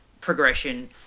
progression